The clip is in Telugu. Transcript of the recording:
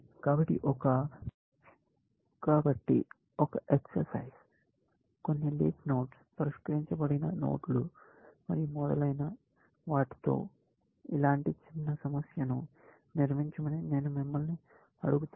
కాబట్టి ఒక ఎక్ససైజ్ కొన్ని లీఫ్ నోడ్లు పరిష్కరించబడిన నోడ్లు మరియు మొదలైన వాటితో ఇలాంటి చిన్న సమస్యను నిర్మించమని నేను మిమ్మల్ని అడుగుతాను